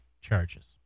charges